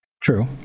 True